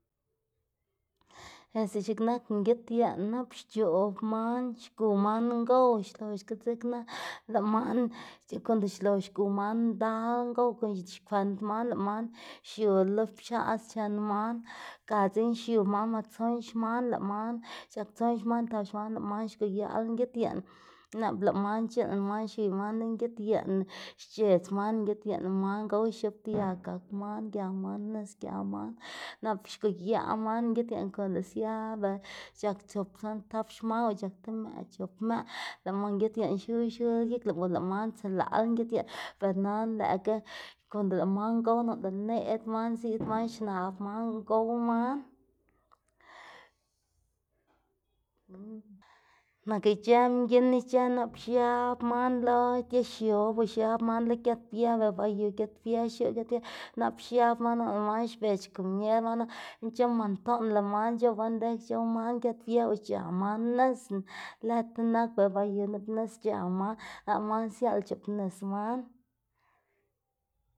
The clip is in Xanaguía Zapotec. Este x̱iꞌk nak ngid yeꞌn nap xc̲h̲oꞌb man xgu man ngow xloxga dzekna lëꞌ man konda xlox xgu man ndal ngow kwiy xkwend man xiula lo pchaꞌs chen man ga dzekna xiu man mase tson xman lëꞌ man c̲h̲ak tson xman tap xman lëꞌ man xguliaꞌla ngid yeꞌn nap lëꞌ man c̲h̲ilna man xwiy man lo ngid yeꞌnna xc̲h̲edz man ngid yeꞌn lëꞌ man gow x̱ob dia gak man gia man nis giama man nap xguyaꞌ man ngid yeꞌn konda sia ba c̲h̲ak chop tson tap xman o c̲h̲ak ti mëꞌ, chop mëꞌ lëꞌ man ngid yeꞌn xnu xnu gik lëꞌ lëꞌ man tselaꞌla ngid yeꞌn per nana lëꞌkga konda lëꞌ man gow noꞌnda nëd man ziꞌd man xnab man guꞌn gow man nak ic̲h̲ë mginn ic̲h̲ë nap xiab man lo dia x̱ob o xiab man lo giat bië dela ba yu giat bië x̱oꞌb giat bië nap xiab man o lëꞌ man xbedz xkumier man nap nc̲h̲ë mantonla man c̲h̲ow bandej c̲h̲ow man giat bië o c̲h̲a man nisna lëd tinak dela ba yu nup nis c̲h̲a man nap lëꞌ man siala xc̲h̲oꞌbnis man.